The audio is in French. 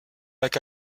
lac